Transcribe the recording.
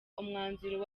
umwanzuro